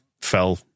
fell